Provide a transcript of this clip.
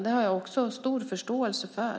Det har jag också stor förståelse för.